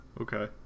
Okay